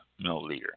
milliliter